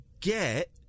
get